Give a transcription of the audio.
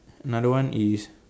another one is